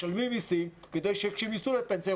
משלמים מיסים כדי שכשהם יצאו לפנסיה,